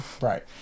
Right